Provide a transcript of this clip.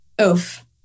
Oof